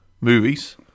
movies